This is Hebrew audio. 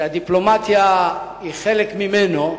שהדיפלומטיה היא חלק ממנו,